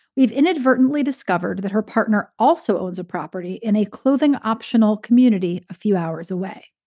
we've inadvertently discovered that her partner also owns a property in a clothing optional community. a few hours away,